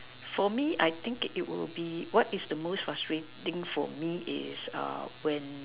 for me I think it will be what is the most frustrating for me is uh when